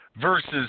versus